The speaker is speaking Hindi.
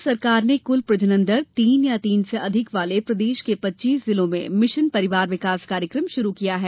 भारत सरकार ने कुल प्रजनन दर तीन या तीन से अधिक वाले प्रदेश के पच्चीस जिलों में मिशन परिवार विकास कार्यक्रम भी शुरू किया है